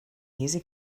easy